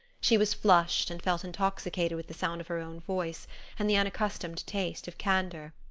she was flushed and felt intoxicated with the sound of her own voice and the unaccustomed taste of candor.